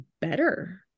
better